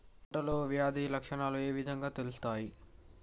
పంటలో వ్యాధి లక్షణాలు ఏ విధంగా తెలుస్తయి?